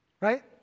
right